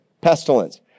pestilence